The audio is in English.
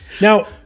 now